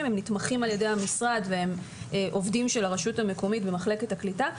שמתמכים על ידי המשרד והם עובדים של הרשות המקומית במחלקת הקליטה.